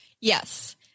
Yes